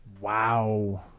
Wow